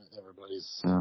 Everybody's